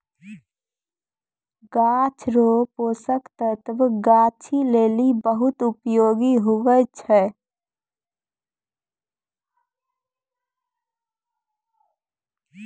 गाछ रो पोषक तत्व गाछी लेली बहुत उपयोगी हुवै छै